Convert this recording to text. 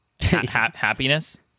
happiness